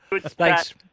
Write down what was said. Thanks